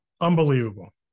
Unbelievable